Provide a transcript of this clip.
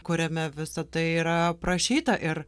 kuriame visa tai yra aprašyta ir